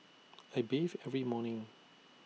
I bathe every morning